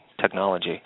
technology